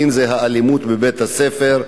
ואם בבית-הספר,